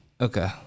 Okay